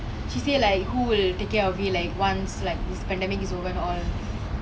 she say like who will take care of it like once like this pandemic is over all